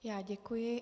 Já děkuji.